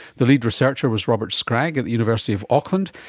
the lead researcher was robert scragg at the university of auckland.